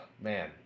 Man